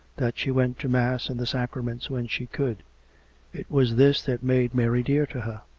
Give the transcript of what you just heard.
that she went to mass and the sacraments when she could it was this that made mary dear to her.